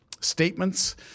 statements